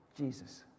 Jesus